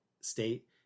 state